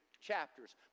chapters